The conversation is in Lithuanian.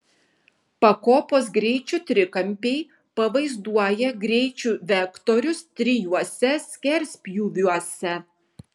pakopos greičių trikampiai pavaizduoja greičių vektorius trijuose skerspjūviuose